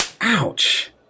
Ouch